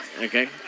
Okay